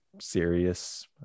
serious